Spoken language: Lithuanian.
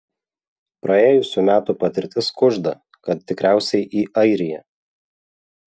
praėjusių metų patirtis kužda kad tikriausiai į airiją